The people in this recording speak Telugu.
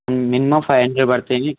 మినిమం ఫైవ్ హండ్రెడ్ పడతాయి